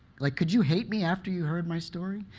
like, could you hate me after you heard my story?